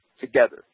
together